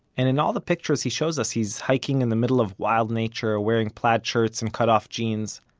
and in all the pictures he shows us he's hiking in the middle of wild nature, wearing plaid shirts and cut off jean so